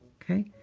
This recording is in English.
ok.